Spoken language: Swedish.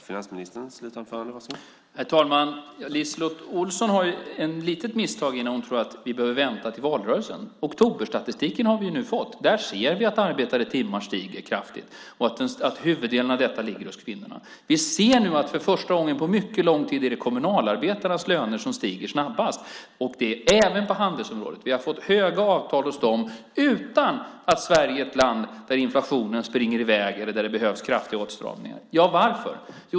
Herr talman! LiseLotte Olsson gör ett litet misstag när hon tror att vi behöver vänta till valrörelsen. Oktoberstatistiken har vi nu fått. Där ser vi att arbetade timmar stiger kraftigt och att huvuddelen av detta ligger hos kvinnorna. Vi ser nu att för första gången på mycket lång tid är det kommunalarbetarnas löner som stiger snabbast. Det är även på handelsområdet. Vi har fått höga avtal hos dem utan att Sverige är ett land där inflationen springer i väg eller där det behövs kraftiga åtstramningar. Varför?